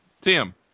Tim